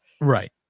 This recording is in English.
Right